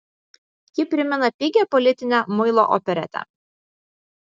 ji primena pigią politinę muilo operetę